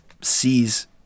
sees